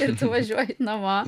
ir tu važiuoji namo